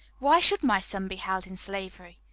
why should my son be held in slavery?